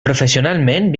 professionalment